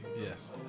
Yes